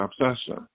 obsession